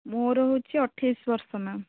ମୋର ହେଉଛି ଆଠେଇଶି ବର୍ଷ ମ୍ୟାମ୍